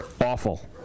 Awful